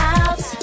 out